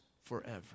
forever